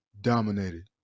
dominated